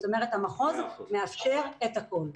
זאת אומרת, המחוז מאפשר את הכול.